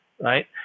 right